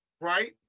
right